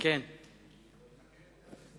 חבר הכנסת אריה ביבי,